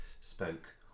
spoke